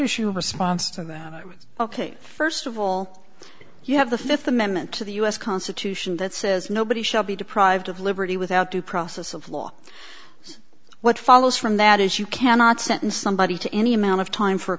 schumer sponsor that it's ok first of all you have the fifth amendment to the u s constitution that says nobody shall be deprived of liberty without due process of law so what follows from that is you cannot sentence somebody to any amount of time for a